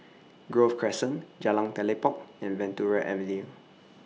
Grove Crescent Jalan Telipok and Venture Avenue